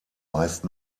meist